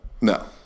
no